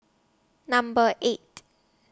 Number eight